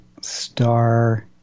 Star